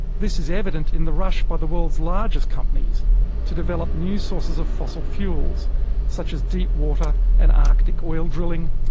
this is evident in the rush by the world's largest companies to develop new sources of fossil fuels such as deep-water and arctic oil drilling,